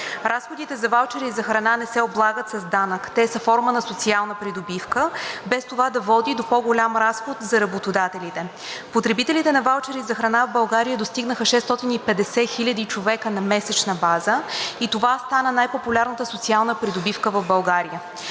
Разходите за ваучери за храна не се облагат с данък. Те са форма на социална придобивка, без това да води до по-голям разход за работодателите. Потребителите на ваучери за храна в България достигнаха 650 хиляди човека на месечна база и това стана най-популярната социална придобивка в България.